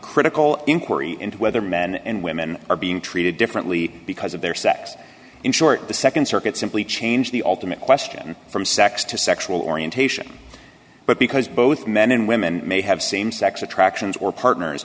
critical inquiry into whether men and women are being treated differently because of their sex in short the nd circuit simply changed the ultimate question from sex to sexual orientation but because both men and women may have same sex attractions or partners